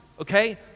Okay